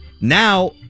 Now